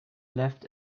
left